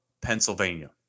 Pennsylvania